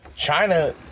China